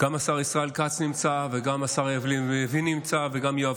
השר ישראל כץ נמצא וגם השר לוין נמצא וגם יואב